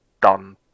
done